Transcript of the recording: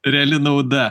reali nauda